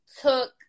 took